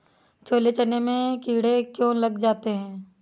छोले चने में कीड़े क्यो लग जाते हैं?